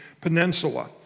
Peninsula